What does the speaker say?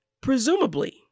Presumably